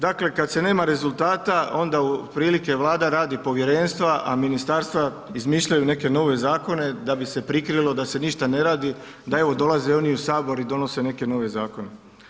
Dakle, kad se nema rezultata, onda u prilike Vlada radi povjerenstva, a ministarstva izmišljaju neke nove zakone da bi se prikrilo da se ništa ne radi, da evo, dolaze oni i u Sabor i donose neke nove zakone.